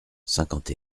cinquante